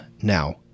now